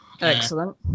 Excellent